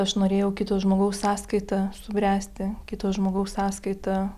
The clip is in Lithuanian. aš norėjau kito žmogaus sąskaita subręsti kito žmogaus sąskaita